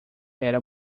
era